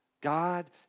God